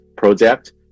project